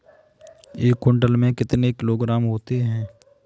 एक क्विंटल में कितने किलोग्राम होते हैं?